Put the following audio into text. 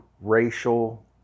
racial